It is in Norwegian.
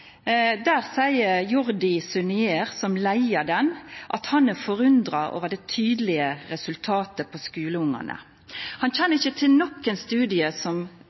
seier Jordi Sunyer, som leia studien, at han er forundra over det tydelege resultatet på skuleungane. Han kjenner ikkje til nokon studie som